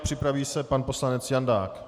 Připraví se pan poslanec Jandák.